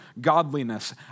godliness